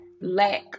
lack